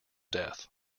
death